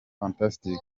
fantastic